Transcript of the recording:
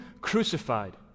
crucified